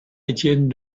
étienne